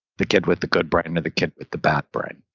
the kid with the good brain or the kid with the bad brain?